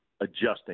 adjusting